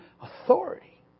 authority